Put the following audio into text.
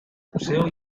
museo